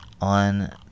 on